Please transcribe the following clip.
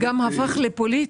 זה גם הפך לפוליטי.